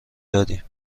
دادیم